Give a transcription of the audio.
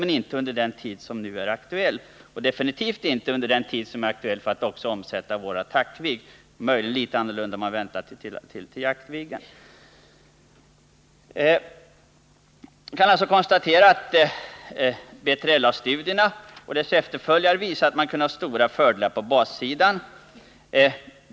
Men det kommer inte att ske under den tid som nu är aktuell och absolut inte under den tid som är aktuell med tanke på omsättningen av vår Attackviggen. Det är möjligen litet annorlunda när det gäller Jaktviggen. Man kan alltså konstatera att BILA-studierna och vad som följt har visat att det kan finnas stora fördelar på bassidan.